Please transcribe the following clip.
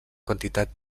quantitat